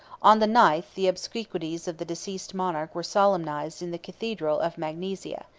on the ninth, the obsequies of the deceased monarch were solemnized in the cathedral of magnesia,